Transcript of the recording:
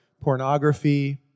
pornography